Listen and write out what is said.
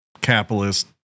capitalist